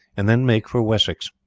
and then make for wessex.